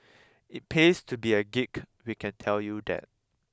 it pays to be a geek we can tell you that